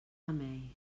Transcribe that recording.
remei